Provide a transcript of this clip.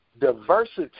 Diversity